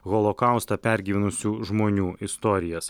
holokaustą pergyvenusių žmonių istorijas